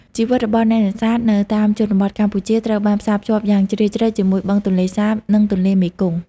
ជីវិតរបស់អ្នកនេសាទនៅតាមជនបទកម្ពុជាត្រូវបានផ្សារភ្ជាប់យ៉ាងជ្រាលជ្រៅជាមួយ បឹងទន្លេសាប និងទន្លេមេគង្គ។